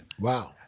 Wow